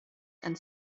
and